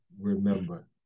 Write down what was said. remember